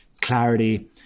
clarity